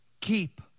keep